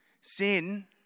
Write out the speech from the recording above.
Sin